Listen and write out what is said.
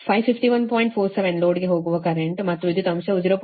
47 ಲೋಡ್ಗೆ ಹೋಗುವ ಕರೆಂಟ್ ಮತ್ತು ವಿದ್ಯುತ್ ಅಂಶವು 0